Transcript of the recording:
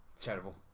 terrible